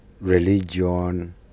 religion